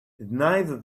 neither